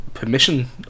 permission